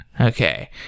Okay